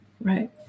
Right